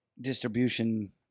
distribution